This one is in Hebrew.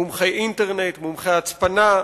מומחי אינטרנט, מומחי הצפנה,